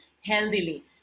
healthily